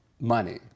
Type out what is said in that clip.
money